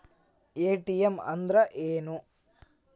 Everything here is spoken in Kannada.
ಎ.ಟಿ.ಎಂ ಅಂದ್ರ ಏನು?